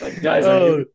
guys